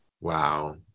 Wow